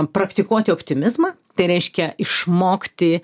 praktikuoti optimizmą tai reiškia išmokti